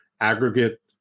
aggregate